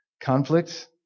conflict